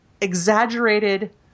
exaggerated